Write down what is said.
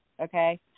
okay